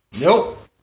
Nope